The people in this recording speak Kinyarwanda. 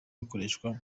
bukoreshwa